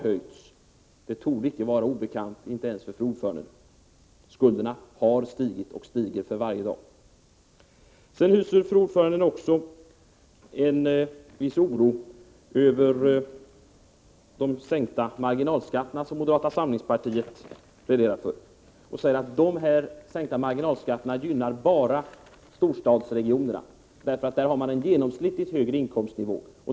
Fru ordföranden hyser också en viss oro över de sänkta marginalskatter som moderata samlingspartiet pläderar för. Hon säger att de bara gynnar storstadsregionerna, för där har man en genomsnittligt högre inkomstnivå.